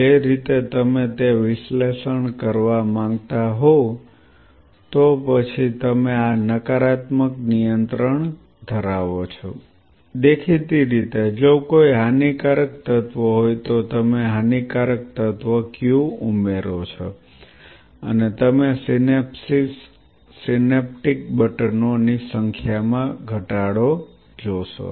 જે રીતે તમે તે વિશ્લેષણ કરવા માંગતા હોવ તે પછી તમે આ નકારાત્મક નિયંત્રણ ધરાવો છો દેખીતી રીતે જો કોઈ હાનિકારક તત્વ હોય તો તમે હાનિકારક તત્વ Q ઉમેરો છો અને તમે સિનેપ્સ સિનેપ્ટિક બટનો ની સંખ્યામાં ઘટાડો જોશો